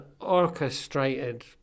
orchestrated